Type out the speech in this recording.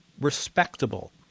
respectable